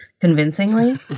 convincingly